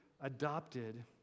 adopted